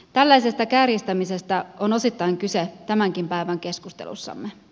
tällaisesta kärjistämisestä on osittain kyse tämänkin päivän keskustelussamme